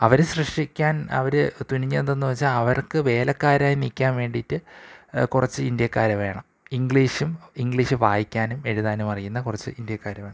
അവര് സൃഷ്ടിക്കാൻ അവര് തുനിഞ്ഞതെന്തെന്നുവച്ചാൽ അവർക്ക് വേലക്കാരായി നിൽക്കാൻ വേണ്ടിയിട്ട് കുറച്ച് ഇന്ത്യക്കാരെ വേണം ഇംഗ്ലീഷും ഇംഗ്ലീഷ് വായിക്കാനും എഴുതാനുമറിയുന്ന കുറച്ച് ഇന്ത്യക്കാരെ വേണം